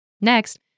Next